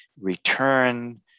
return